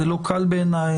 זה לא קל בעיניי,